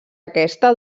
aquesta